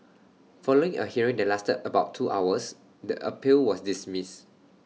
following A hearing that lasted about two hours the appeal was dismissed